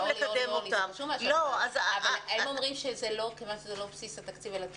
לקדם אותם --- הם אומרים שזה לא בבסיס התקציב אלא תוספתי.